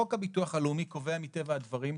חוק הביטוח הלאומי קובע מטבע הדברים,